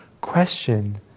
question